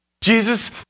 Jesus